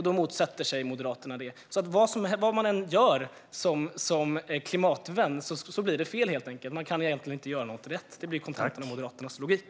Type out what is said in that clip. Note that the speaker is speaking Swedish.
Då motsätter sig Moderaterna detta. Vad man än gör som klimatvän blir det helt enkelt fel. Man kan inte göra någonting rätt; det blir kontentan av Moderaternas logik.